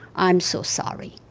i'm so sorry